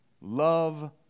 Love